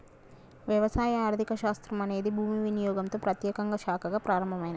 వ్యవసాయ ఆర్థిక శాస్త్రం అనేది భూమి వినియోగంతో ప్రత్యేకంగా శాఖగా ప్రారంభమైనాది